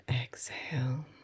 exhale